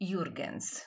Jürgens